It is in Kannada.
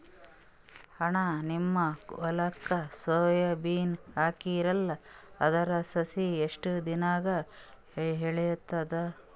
ಅಣ್ಣಾ, ನಿಮ್ಮ ಹೊಲಕ್ಕ ಸೋಯ ಬೀನ ಹಾಕೀರಲಾ, ಅದರ ಸಸಿ ಎಷ್ಟ ದಿಂದಾಗ ಏಳತದ?